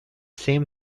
same